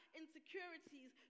insecurities